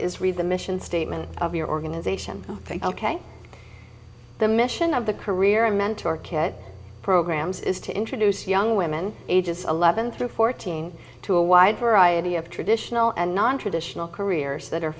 is read the mission statement of your organization think ok the mission of the career i mentor kit programs is to introduce young women ages eleven through fourteen to a wide variety of traditional and nontraditional careers that are